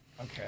Okay